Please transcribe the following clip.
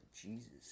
Jesus